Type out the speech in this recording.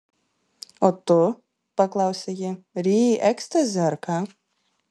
o tu paklausė ji ryji ekstazį ar ką